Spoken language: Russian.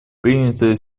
принятое